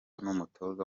n’umutoza